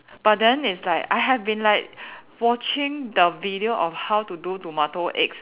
but then it's like I have been like watching the video of how to do tomato egg